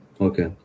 Okay